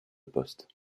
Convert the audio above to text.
poste